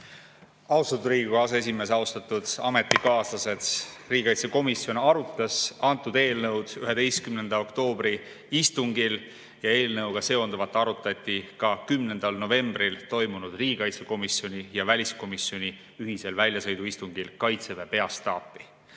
Austatud Riigikogu aseesimees! Austatud ametikaaslased! Riigikaitsekomisjon arutas antud eelnõu 11. oktoobri istungil ja eelnõuga seonduvat arutati ka 10. novembril toimunud riigikaitsekomisjoni ja väliskomisjoni ühisel väljasõiduistungil Kaitseväe